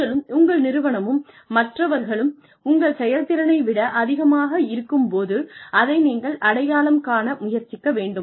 நீங்களும் உங்கள் நிறுவனமும் மற்றவர்களும் உங்கள் செயல்திறனை விட அதிகமாக இருக்கும்போது அதை நீங்கள் அடையாளம் காண முயற்சிக்க வேண்டும்